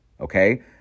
okay